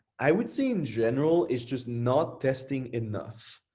i would say in general, is just not testing enough.